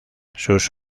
sus